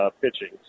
pitching